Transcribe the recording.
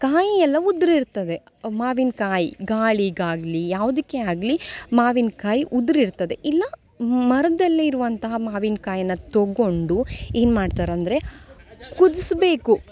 ಕಾಯಿ ಎಲ್ಲ ಉದುರಿರ್ತದೆ ಮಾವಿನಕಾಯಿ ಗಾಳಿಗಾಗಲಿ ಯಾವುದಕ್ಕೆ ಆಗಲಿ ಮಾವಿನಕಾಯಿ ಉದುರಿರ್ತದೆ ಇಲ್ಲ ಮರದಲ್ಲಿರುವಂತಹ ಮಾವಿನಕಾಯಿನ ತೊಗೊಂಡು ಏನು ಮಾಡ್ತಾರೆ ಅಂದರೆ ಕುದಿಸ್ಬೇಕು